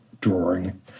drawing